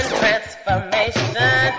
transformation